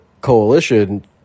coalition